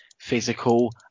physical